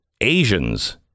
Asians